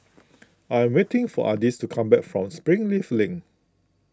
I am waiting for Ardis to come back from Springleaf Link